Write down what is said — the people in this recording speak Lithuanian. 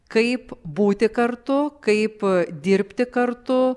kaip būti kartu kaip dirbti kartu